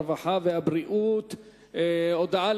הרווחה והבריאות נתקבלה.